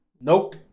Nope